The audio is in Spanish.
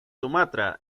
sumatra